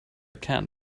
can